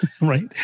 Right